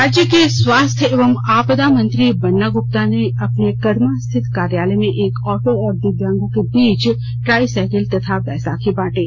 राज्य के स्वास्थ्य एवं आपदा मंत्री बन्ना गुप्ता ने अपने कदमा स्थित कार्यालय में एक ऑटो और दिव्यांगो के बीच ट्राई साइकिल तथा बैसाखी बांटे